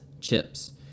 chips